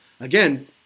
Again